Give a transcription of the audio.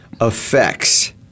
effects